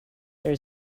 there